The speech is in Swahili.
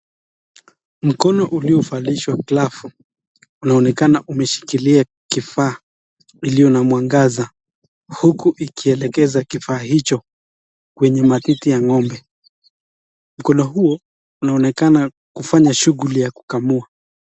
Mkono uliovalishwa glavu unaonekana umeshikilia Kifaa ilio na mwangaza huku ikielekeza Kifaa hicho kwenye matiti ya ng'ombe mkono huo unaonekana kufanya shuguli ya kukamua.